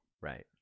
Right